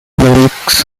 lyrics